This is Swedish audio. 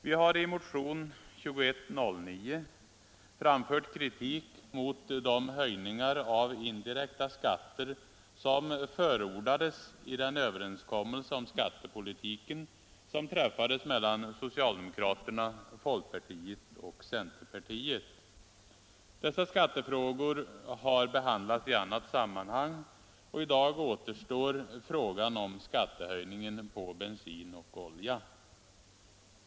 Vi har i motionen 2109 framfört kritik mot de höjningar av indirekta skatter som förordades i den överenskommelse om skattepolitiken som träffades mellan socialdemokraterna, folkpartiet och centerpartiet. Dessa skattefrågor har behandlats i annat sammanhang, och i dag återstår frågan om skattehöjningen på bensin och olja.